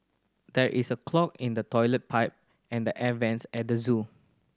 there is a clog in the toilet pipe and the air vents at the zoo